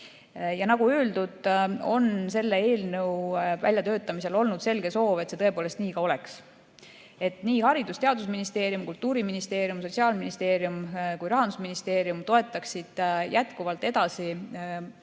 Nagu öeldud, on selle eelnõu väljatöötamisel olnud selge soov, et see tõepoolest nii ka oleks, et nii Haridus‑ ja Teadusministeerium, Kultuuriministeerium, Sotsiaalministeerium kui ka Rahandusministeerium toetaksid jätkuvalt neid valdkondi